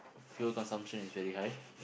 fuel consumption is very high